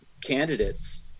candidates